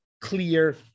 clear